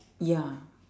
ya